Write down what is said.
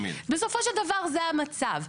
בסופו של דבר זה המצב.